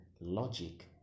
logic